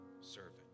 servant